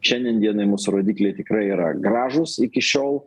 šiandien dienai mūsų rodikliai tikrai yra gražūs iki šiol